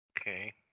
Okay